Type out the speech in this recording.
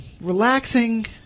relaxing